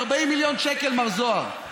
40 מיליון שקל, מר זוהר.